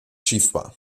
schiffbar